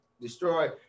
destroy